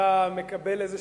אתה מקבל איזו,